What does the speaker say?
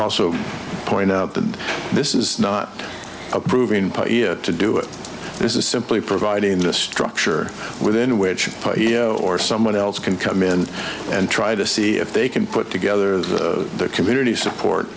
also point out that this is not approving to do it this is simply providing the structure within which he or someone else can come in and try to see if they can put together the community support